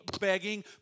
begging